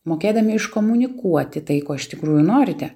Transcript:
mokėdami iškomunikuoti tai ko iš tikrųjų norite